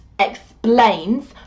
explains